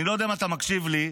אני לא יודע אם אתה מקשיב לי,